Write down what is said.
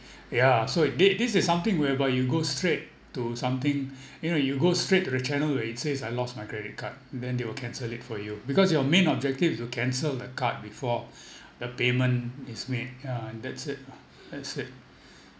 yeah so this this is something whereby you go straight to something you know you go straight to the channel where it says I lost my credit card then they will cancel it for you because your main objective is to cancel the card before the payment is made yeah and that's it ah that's it